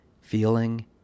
feeling